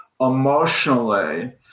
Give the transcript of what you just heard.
emotionally